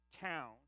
town